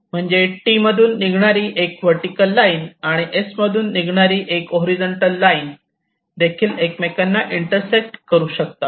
म्हणजे T मधून निघणारी एक वर्टीकल लाईन आणि S मधून निघणारी एक हॉरिझॉन्टल लाईन देखील एकमेकांना इंटरसेक्ट करू शकतात